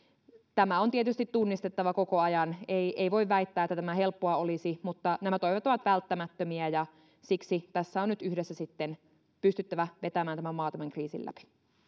tämä on tietysti tunnistettava koko ajan ei ei voi väittää että tämä helppoa olisi mutta nämä toimet ovat välttämättömiä ja siksi tässä on nyt yhdessä pystyttävä vetämään tämä maa tämän kriisin läpi